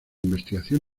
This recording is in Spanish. investigación